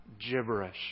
gibberish